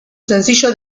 sencillo